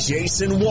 Jason